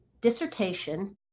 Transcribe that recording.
dissertation